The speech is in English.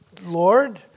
Lord